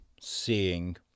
seeing